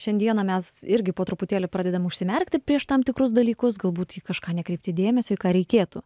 šiandieną mes irgi po truputėlį pradedam užsimerkti prieš tam tikrus dalykus galbūt į kažką nekreipti dėmesio į ką reikėtų